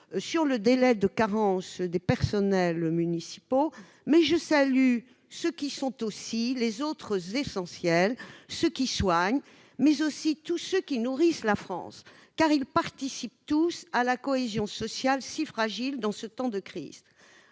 sur le délai de carence des personnels municipaux. Je salue aussi les autres « essentiels », ceux qui soignent, mais aussi tous ceux qui nourrissent la France, car tous participent à la cohésion sociale, si fragile en ce temps de crise.